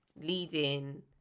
leading